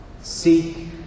Seek